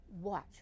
watch